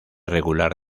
regular